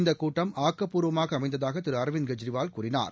இந்த கூட்டம் ஆக்கப்பூர்வமாக அமைந்ததாக திரு அரவிந்த் கெஜ்ரிவால் கூறினார்